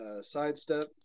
sidestep